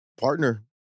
partner